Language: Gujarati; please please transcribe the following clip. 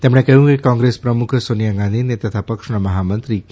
તેમણે કહ્યું કે કોંગ્રેસ પ્રમુખ સોનિયા ગાંધીને તથા પક્ષના મહામંત્રી કે